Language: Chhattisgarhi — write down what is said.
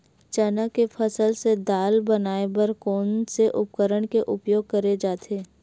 चना के फसल से दाल बनाये बर कोन से उपकरण के उपयोग करे जाथे?